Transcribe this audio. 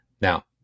Now